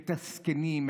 את הזקנים,